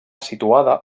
situada